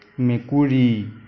মেকুৰী